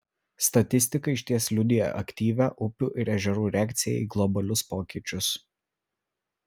statistika išties liudija aktyvią upių ir ežerų reakciją į globalius pokyčius